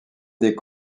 des